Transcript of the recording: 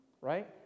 Right